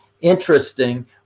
interesting